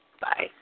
Bye